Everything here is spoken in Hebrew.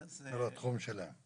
זה לא התחום שלו,